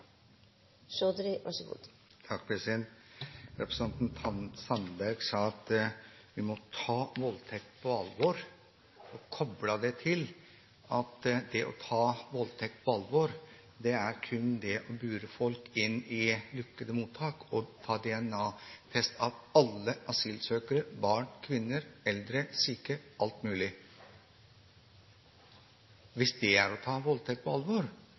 det til at det å ta voldtekt på alvor kun er å bure folk inn i lukkede mottak og ta DNA-test av alle asylsøkere – barn, kvinner, eldre, syke, alt mulig. Hvis det er å ta voldtekt på alvor,